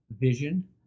Vision